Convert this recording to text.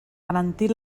garantir